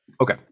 Okay